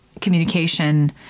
communication